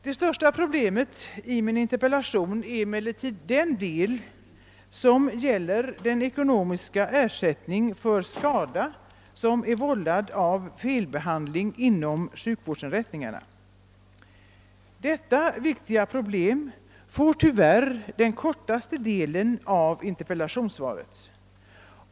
Det största problemet som jag tar upp i min interpellation gäller ekonomisk ersättning för skada vållad av felbehandling inom sjukvårdsinrättningarna. Detta viktiga problem behandlas tyvärr mycket kortfattat i interpellationssvaret.